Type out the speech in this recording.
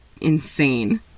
insane